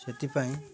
ସେଥିପାଇଁ